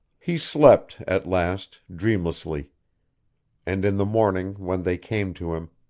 he slept, at last, dreamlessly and in the morning, when they came to him,